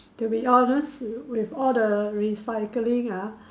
to be honest with all the recycling ah